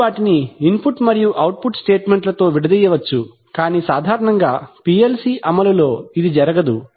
మీరు వాటిని ఇన్పుట్ మరియు అవుట్పుట్ స్టేట్మెంట్లతో విడదీయవచ్చు కానీ సాధారణంగా PLC అమలులో ఇది జరగదు